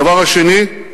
הדבר השני,